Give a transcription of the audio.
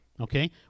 okay